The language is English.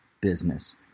business